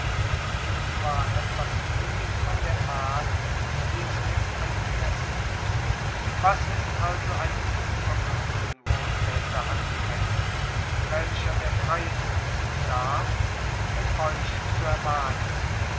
und zwar etwas gutes von der art wie es mir angemessen ist was ist also einem unvermögenden wohltäter an gemessen welcher der freien muße bedarf um euch zu ermahnen